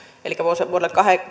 elikkä vuodelle